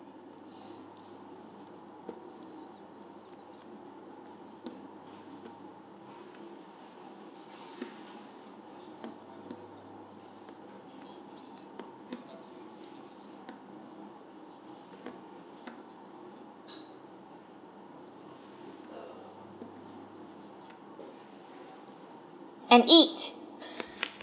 and eat